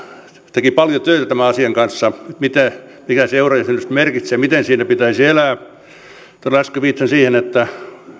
teki paljon töitä tämän asian kanssa mitä se eurojäsenyys merkitsee miten siinä pitäisi elää äsken viittasin siihen että